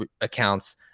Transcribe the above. accounts